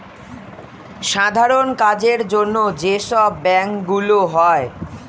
সাধারণ কাজের জন্য যে সব ব্যাংক গুলো হয়